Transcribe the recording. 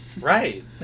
Right